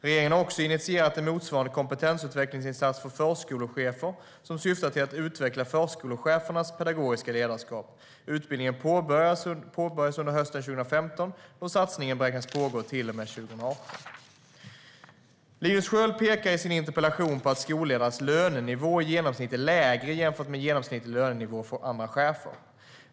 Regeringen har också initierat en motsvarande kompetensutvecklingsinsats för förskolechefer som syftar till att utveckla förskolechefernas pedagogiska ledarskap. Utbildningen påbörjades under hösten 2015, och satsningen beräknas pågå till och med 2018. Linus Sköld pekar i sin interpellation på att skolledares lönenivå i genomsnitt är lägre jämfört med genomsnittlig lönenivå för chefer.